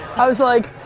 i was like,